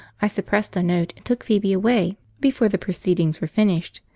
i suppressed the note and took phoebe away before the proceedings were finished,